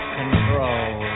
control